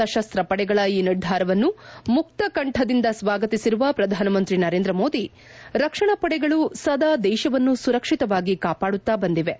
ಸಶಸ್ತ್ರ ಪಡೆಗಳ ಈ ನಿರ್ಧಾರವನ್ನು ಮುಕ್ತಕಂಠದಿಂದ ಸ್ವಾಗತಿಸಿರುವ ಪ್ರಧಾನಮಂತ್ರಿ ನರೇಂದ್ರ ಮೋದಿ ರಕ್ಷಣಾ ಪಡೆಗಳು ಸದಾ ದೇಶವನ್ನು ಸುರಕ್ಷಿತವಾಗಿ ಕಾಪಾಡುತ್ತಾ ಬಂದಿವೆ